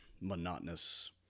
monotonous